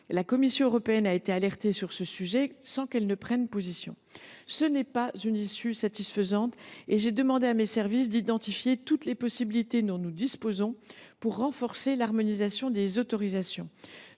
La Commission européenne, qui a été alertée sur ce sujet, n’a pas pris position. Ce n’est pas une issue satisfaisante. J’ai donc demandé à mes services d’identifier toutes les possibilités dont nous disposons pour renforcer l’harmonisation des autorisations.